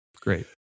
Great